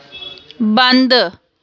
बंद